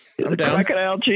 crocodile